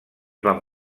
van